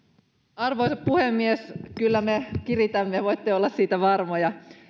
arvoisa puhemies kyllä me kiritämme voitte olla siitä varmoja